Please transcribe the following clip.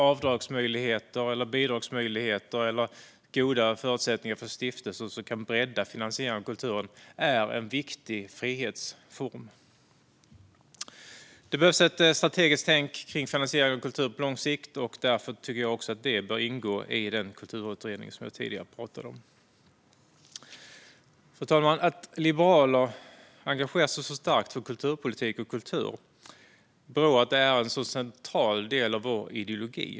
Avdragsmöjligheter, bidragsmöjligheter eller goda förutsättningar för stiftelser som kan bredda finansiering av kulturen är en viktig frihetsform. Det behövs ett strategiskt tänkande i fråga om finansiering av kultur på lång sikt, och därför bör den frågan ingå i den kulturutredning som jag har pratat om tidigare. Fru talman! Att vi liberaler engagerar oss så starkt för kulturpolitik och kultur beror på att de är en så central del av vår ideologi.